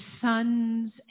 sons